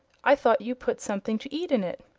i thought you put something to eat in it.